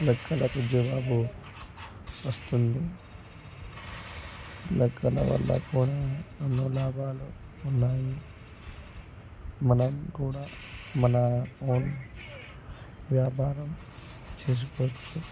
లెక్కలకు జావాబు వస్తుంది లెక్కల వల్ల కూడా ఎన్నో లాభాలు ఉన్నాయి మనం కూడా మన ఓన్ వ్యాపారం చేసుకోవచ్చు